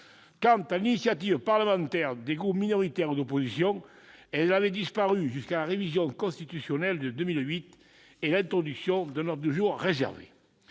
Quant à l'initiative parlementaire des groupes minoritaires ou d'opposition, elle a disparu jusqu'à la révision constitutionnelle de 2008 et l'introduction d'un ordre du jour réservé.